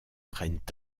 prennent